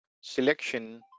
selection